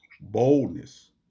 Boldness